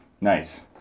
nice